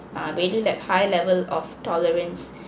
err really like high level of tolerance